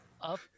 Up